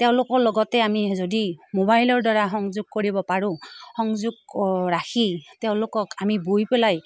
তেওঁলোকৰ লগতে আমি যদি মোবাইলৰদ্বাৰা সংযোগ কৰিব পাৰোঁ সংযোগ ৰাখি তেওঁলোকক আমি বৈ পেলাই